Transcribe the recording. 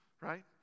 right